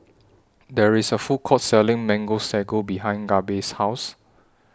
There IS A Food Court Selling Mango Sago behind Gabe's House